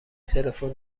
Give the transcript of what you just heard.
تلفن